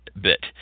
bit